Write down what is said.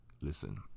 Listen